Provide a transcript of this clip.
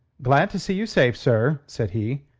glad to see you safe, sir, said he.